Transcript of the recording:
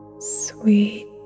Sweet